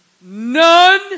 none